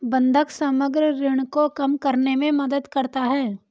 बंधक समग्र ऋण को कम करने में मदद करता है